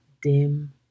dim